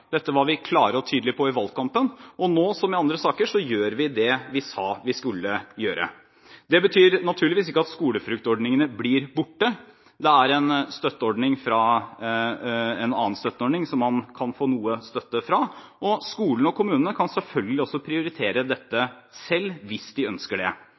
Dette var vi klare og tydelige på i valgkampen, og nå, som i andre saker, gjør vi det vi sa vi skulle gjøre. Det betyr naturligvis ikke at skolefruktordningene blir borte. Det er en annen støtteordning som man kan få noe støtte fra, og skolene og kommunene kan selvfølgelig også prioritere dette selv hvis de ønsker det.